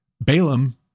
Balaam